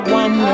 one